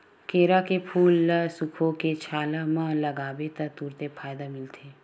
केरा के फूल ल सुखोके छाला म लगाबे त तुरते फायदा मिलथे